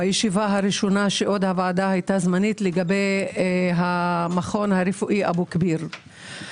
בישיבה הראשונה כשעוד הוועדה הייתה זמנית לגבי המכון הרפואי אבו כביר.